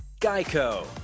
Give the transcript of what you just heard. GEICO